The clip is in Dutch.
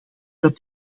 dat